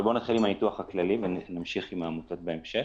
אבל נתחיל עם הניתוח הכללי ונמשיך עם העמותות בהמשך.